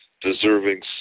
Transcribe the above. deserving